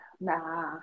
nah